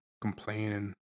complaining